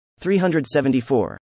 374